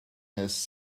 has